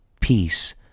peace